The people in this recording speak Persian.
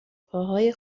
پاهای